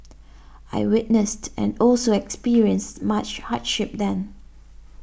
I witnessed and also experienced much hardship then